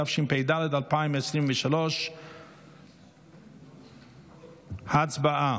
התשפ"ד 2023. הצבעה.